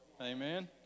Amen